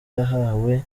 yahawe